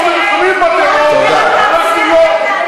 אנחנו נלחמים בטרור, אנחנו נלחמים בטרור.